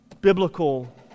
biblical